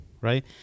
Right